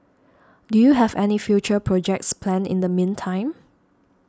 do you have any future projects planned in the meantime